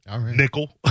Nickel